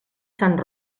sant